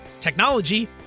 technology